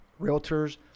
realtors